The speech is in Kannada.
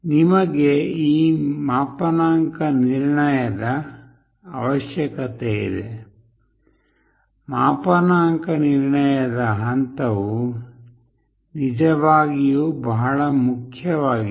ನಿಮಗೆ ಈ ಮಾಪನಾಂಕ ನಿರ್ಣಯದ ಅವಶ್ಯಕತೆಯಿದೆ ಮಾಪನಾಂಕ ನಿರ್ಣಯದ ಹಂತವು ನಿಜವಾಗಿಯೂ ಬಹಳ ಮುಖ್ಯವಾಗಿದೆ